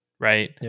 right